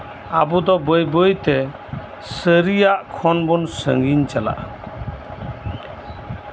ᱟᱵᱚ ᱫᱚ ᱵᱟᱹᱭᱼᱵᱟᱹᱭ ᱛᱮ ᱥᱟᱨᱤᱭᱟᱜ ᱠᱷᱚᱱ ᱵᱚᱱ ᱥᱟᱺᱜᱤᱧ ᱪᱟᱞᱟᱜᱼᱟ